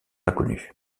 inconnus